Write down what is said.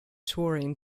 touring